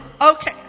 okay